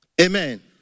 Amen